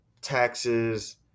taxes